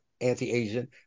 anti-Asian